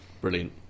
Brilliant